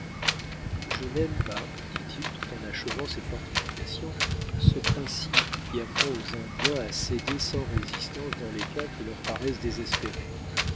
je n'aime pas dit-il tout en achevant ses fortifications ce principe qui apprend aux indiens à céder sans résistance dans les cas qui leur paraissent désespérés